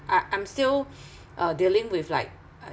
uh I'm still uh dealing with like